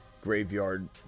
Graveyard